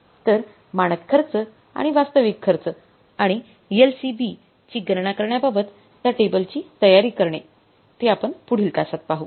तर मानक खर्च आणि वास्तविक खर्च आणि LCB ची गणना करण्याबाबत त्या टेबलची तयारी करणे ते आपण पुढील तासात पाहू